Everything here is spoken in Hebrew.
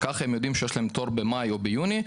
כך הם יודעים שיש להם תור במאי או ביוני,